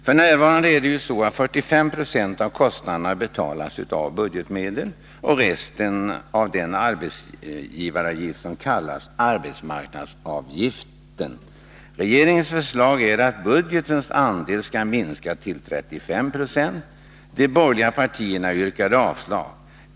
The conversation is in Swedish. F.n. betalas 45 20 av kostnaderna av budgetmedel och resten av den arbetsgivaravgift som kallas arbetsmarknadsavgiften. Regeringens förslag är att budgetens andel skall minskas till 35 96. De borgerliga partierna yrkar avslag.